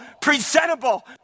presentable